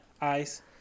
ice